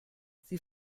sie